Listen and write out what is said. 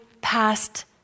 past